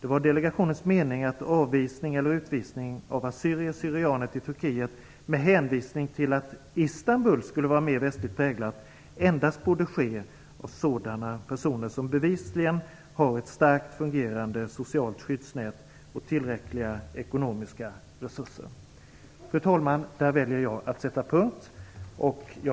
Det var delegationens mening att avvisning eller utvisning av assyrier och syrianer till Turkiet, med hänvisning till att Istanbul skulle vara mer västligt präglat, endast borde ske av sådana personer som bevisligen har ett starkt fungerande socialt skyddsnät och tillräckliga ekonomiska resurser. Fru talman, där väljer jag att sätta punkt.